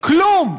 כלום.